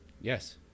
Yes